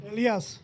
Elias